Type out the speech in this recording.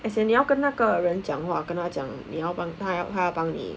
as in 你要跟那个人讲话跟他讲你要绑 tie up ha 帮你